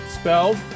spelled